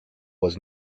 was